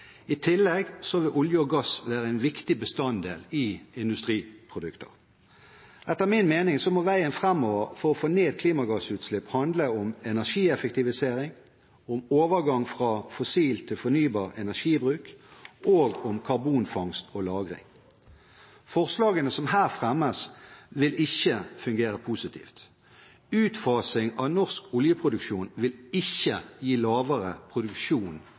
I tillegg vil olje og gass være en viktig bestanddel i industriprodukter. Etter min mening må veien framover for å få ned klimagassutslippene handle om energieffektivisering, overgang fra fossil til fornybar energibruk og karbonfangst og -lagring. Forslagene som her fremmes, vil ikke fungere positivt. Utfasing av norsk oljeproduksjon vil ikke gi lavere produksjon